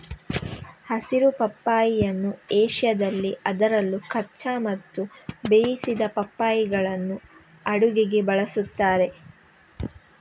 ಹಸಿರು ಪಪ್ಪಾಯಿಯನ್ನು ಏಷ್ಯಾದಲ್ಲಿ ಅದರಲ್ಲೂ ಕಚ್ಚಾ ಮತ್ತು ಬೇಯಿಸಿದ ಪಪ್ಪಾಯಿಗಳನ್ನು ಅಡುಗೆಗೆ ಬಳಸುತ್ತಾರೆ